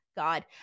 god